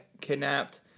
kidnapped